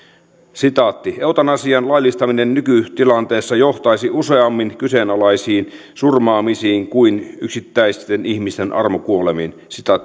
eutanasian laillistaminen nykytilanteessa johtaisi useammin kyseenalaisiin surmaamisiin kuin yksittäisten ihmisten armokuolemiin